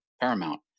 paramount